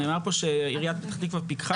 נאמר פה שעיריית פתח תקווה פיקחה.